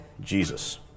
Jesus